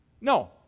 No